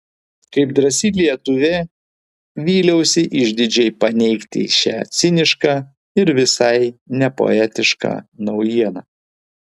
kaip drąsi lietuvė vyliausi išdidžiai paneigti šią cinišką ir visai nepoetišką naujieną